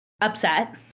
upset